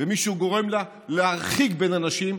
ומישהו גורם לה להרחיק בין אנשים,